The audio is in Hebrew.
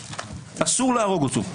אסור להרוג אותו.